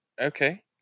Okay